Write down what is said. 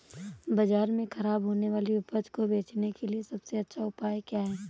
बाज़ार में खराब होने वाली उपज को बेचने के लिए सबसे अच्छा उपाय क्या हैं?